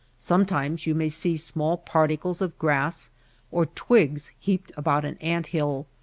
sometimes you may see small particles of grass or twigs heaped about an ant hill,